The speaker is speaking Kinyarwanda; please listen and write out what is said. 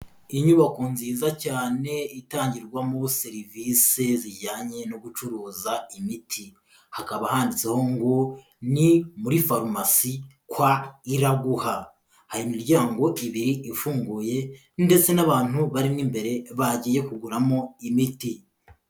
Inyubako nziza cyane itangirwamo serivisi zijyanye no gucuruza imiti, hakaba handitseho ngo ni muri farumasi kwa IRAGUHA, hari imiryango ibiri ifunguye ndetse n'abantu bari mo imbere bagiye kuguramo imiti.